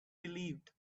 believed